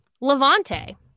Levante